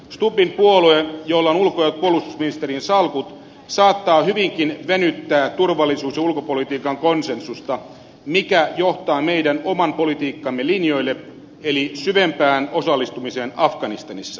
stubbin puolue jolla on ulko ja puolustusministerin salkut saattaa hyvinkin venyttää turvallisuus ja ulkopolitiikan konsensusta mikä johtaa meidän oman politiikkamme linjoille eli syvempään osallistumiseen afganistanissa